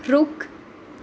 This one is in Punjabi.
ਰੁੱਖ